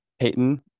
Peyton